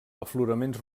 afloraments